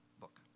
book